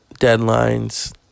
deadlines